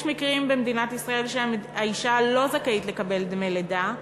יש מקרים במדינת ישראל שבהם האישה לא זכאית לקבל דמי לידה,